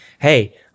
Hey